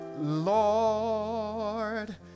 lord